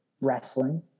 wrestling